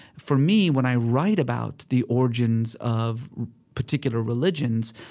for me, when i write about the origins of particular religions,